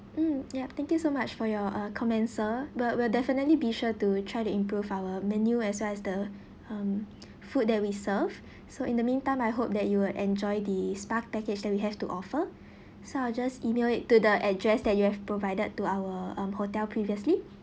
mm yup thank you so much for your uh comments sir but we'll definitely be sure to try to improve our menu as well as the um food that we serve so in the meantime I hope that you will enjoy the spa package that we have to offer so I'll just email it to the address that you have provided to our um hotel previously